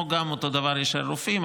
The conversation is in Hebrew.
אותו דבר יש על רופאים,